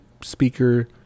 speaker